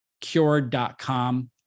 cured.com